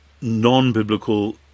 non-biblical